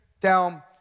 down